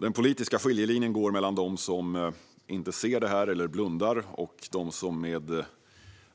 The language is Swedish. Den politiska skiljelinjen går mellan dem som inte ser det här eller blundar och dem som med